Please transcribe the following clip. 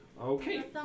Okay